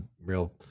real